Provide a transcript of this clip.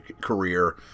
career